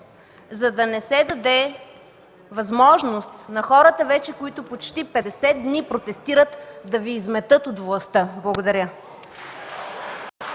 за да не се даде възможност на хората, които вече почти петдесет дни протестират, да Ви изметат от властта. Благодаря.